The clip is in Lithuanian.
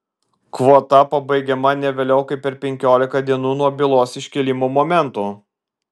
kvota pabaigiama ne vėliau kaip per penkiolika dienų nuo bylos iškėlimo momento